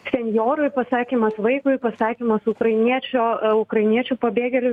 senjorui pasakymas vaikui pasakymas ukrainiečio ukrainiečių pabėgėliui